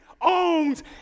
owns